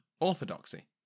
orthodoxy